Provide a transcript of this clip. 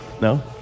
No